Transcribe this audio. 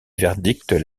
verdict